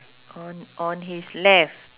on on his left